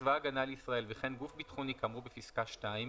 צבא הגנה לישראל וכן גוף ביטחוני כאמור בפסקה (2),